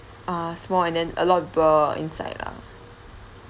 ah small and then a lot of people inside lah